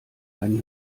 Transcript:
einen